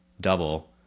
double